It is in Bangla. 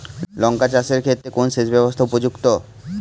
লঙ্কা চাষের ক্ষেত্রে কোন সেচব্যবস্থা উপযুক্ত?